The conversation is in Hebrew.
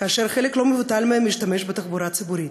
שחלק לא מבוטל מהם משתמשים בתחבורה הציבורית.